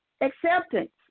acceptance